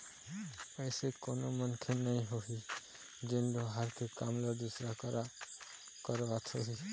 अइसे कोनो मनखे नइ होही जेन लोहार के काम ल दूसर करा करवात होही